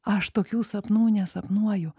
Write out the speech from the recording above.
aš tokių sapnų nesapnuoju